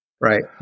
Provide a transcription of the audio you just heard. right